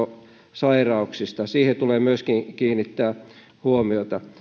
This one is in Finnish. sairauksista siihen tulee myöskin kiinnittää huomiota